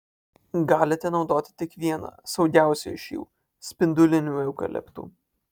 galite naudoti tik vieną saugiausią iš jų spindulinių eukaliptų